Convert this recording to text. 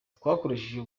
twakoresheje